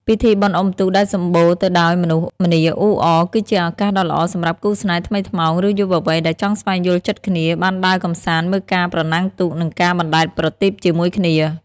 ពិធីបុណ្យអុំទូកដែលសម្បូរទៅដោយមនុស្សម្នាអ៊ូអរ គឺជាឱកាសដ៏ល្អសម្រាប់គូស្នេហ៍ថ្មីថ្មោង ឬយុវវ័យដែលចង់ស្វែងយល់ចិត្តគ្នា បានដើរកម្សាន្តមើលការប្រណាំងទូក និងការបណ្ដែតប្រទីបជាមួយគ្នា។